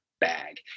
bag